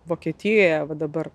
vokietijoje va dabar